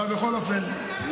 אבל בכל אופן,